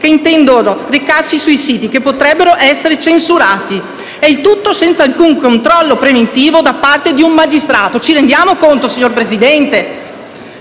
che intendano recarsi su siti *internet* che potrebbero essere censurati. Il tutto senza alcun controllo preventivo da parte di un magistrato. Ci rendiamo conto, signor Presidente?